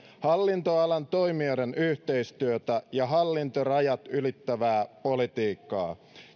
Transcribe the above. hallintoalan toimijoiden yhteistyötä ja hallintorajat ylittävää politiikkaa